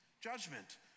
judgment